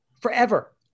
forever